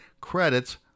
credits